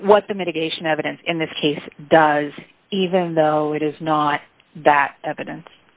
what the mitigation evidence in this case does even though it is not that evidence